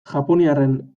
japoniarren